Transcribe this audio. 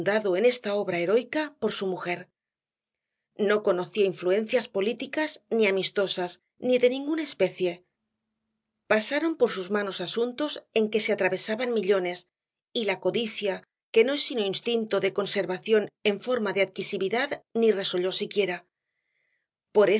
en esta obra heroica por su mujer no conocía influencias políticas ni amistosas ni de ninguna especie pasaron por sus manos asuntos en que se atravesaban millones y la codicia que no es sino instinto de conservación en forma de adquisividad ni resolló siquiera por